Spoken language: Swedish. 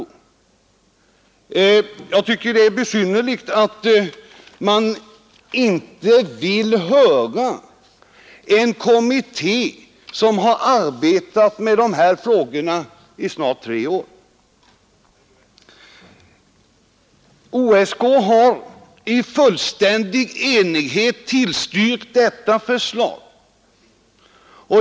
Jag tycker det är besynnerligt att man inte vill inhämta synpunkter från en kommitté som har arbetat med dessa frågor i snart tre år. OSK har i fullständig enighet tillstyrkt detta förslag.